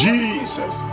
Jesus